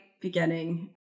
beginning